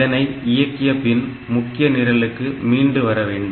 இதனை இயக்கிய பின் முக்கிய நிரலுக்கு மீண்டு வர வேண்டும்